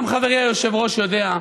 גם חברי היושב-ראש יודע,